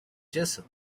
jessup